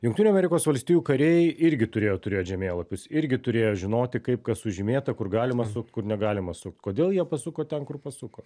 jungtinių amerikos valstijų kariai irgi turėjo turėt žemėlapius irgi turėjo žinoti kaip kas sužymėta kur galima sukt kur negalima sukt kodėl jie pasuko ten kur pasuko